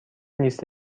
لیست